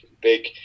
big